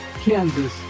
Kansas